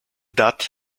that